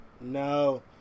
No